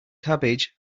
cabbage